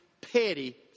petty